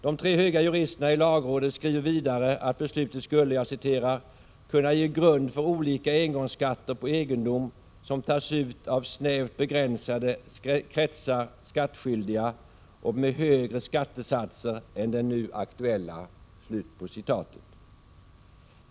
De tre höga juristerna i lagrådet skriver vidare att beslutet skulle ”kunna ge grund för olika engångsskatter på egendom som tas ut av snävt begränsade kretsar skattskyldiga och med högre skattesatser än den nu aktuella”.